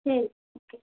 சரி ஓகே